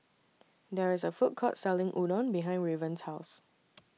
There IS A Food Court Selling Udon behind Raven's House